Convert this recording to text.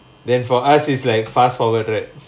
then for us is like fast forward right